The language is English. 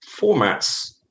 formats